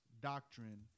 doctrine